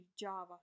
Java